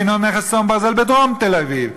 אינו נכס צאן ברזל בדרום תל-אביב,